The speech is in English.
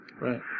Right